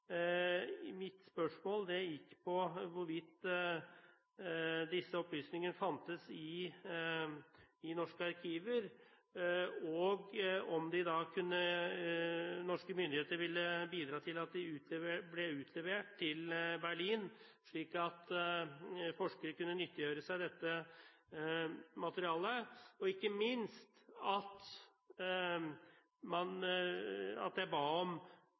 Mitt spørsmål gikk på hvorvidt disse opplysninger fantes i norske arkiver, og om norske myndigheter ville bidra til at de ble utlevert til Berlin, slik at forskere kunne nyttiggjøre seg dette materialet. Ikke minst spurte jeg om hva ansvarlige myndigheter har gjort i forhold til norske borgere som er omtalt i filene. Det er ganske interessant at